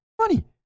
money